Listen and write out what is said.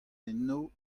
enno